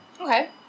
Okay